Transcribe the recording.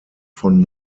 von